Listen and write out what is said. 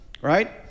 right